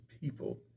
people